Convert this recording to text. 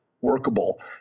workable